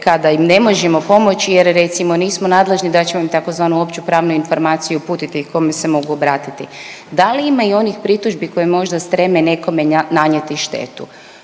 kada im ne možemo pomoći jer recimo nismo nadležni da ćemo im tzv. opće pravnu informaciju uputiti kome se mogu obratiti. Da li ima i onih pritužbi koje možda streme nekome nanijeti štetu?